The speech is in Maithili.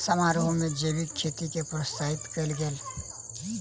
समारोह में जैविक खेती के प्रोत्साहित कयल गेल